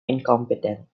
incompetent